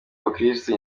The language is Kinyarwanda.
abakristu